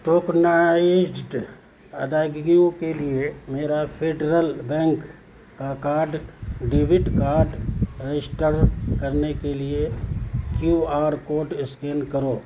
tokenized ادائیگیوں کے لیے میرا فیڈرل بینک کا کارڈ ڈیبٹ کارڈ رجسٹر کرنے کے لیے کیو آر کوڈ اسکین کرو